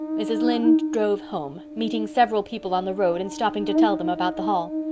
mrs. lynde drove home, meeting several people on the road and stopping to tell them about the hall.